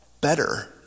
better